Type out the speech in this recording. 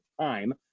time